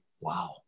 wow